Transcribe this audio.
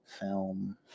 film